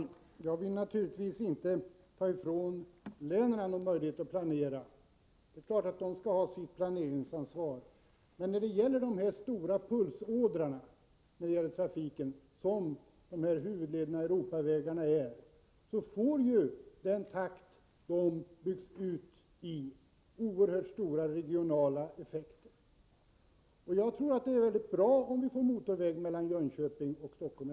Herr talman! Jag vill inte ta ifrån länen möjligheten att planera — de skall naturligtvis ha sitt planeringsansvar. Men utbyggnadstakten när det gäller de stora pulsådrorna i trafiken, som huvudlederna och Europavägarna utgör, får oerhört stora regionala effekter. Jag tror att det är mycket bra om vi får en motorväg mellan Jönköping och Stockholm.